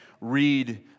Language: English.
read